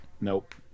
Nope